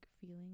feeling